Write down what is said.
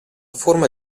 forma